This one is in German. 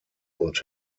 und